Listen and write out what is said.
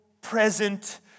present